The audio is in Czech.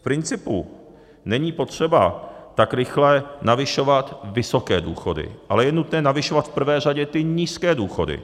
V principu není potřeba tak rychle navyšovat vysoké důchody, ale je nutné navyšovat v prvé řadě ty nízké důchody.